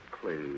Please